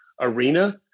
arena